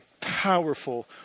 powerful